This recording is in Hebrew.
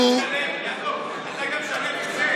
יש שיוך מפלגתי לחברי הכנסת האלה,